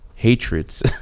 Hatreds